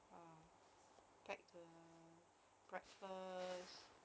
uh pack the breakfast